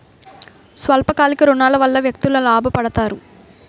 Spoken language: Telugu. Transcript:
స్వల్ప కాలిక ఋణాల వల్ల వ్యక్తులు లాభ పడతారు